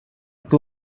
two